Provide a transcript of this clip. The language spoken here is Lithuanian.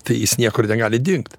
tai jis niekur negali dingt